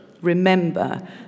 Remember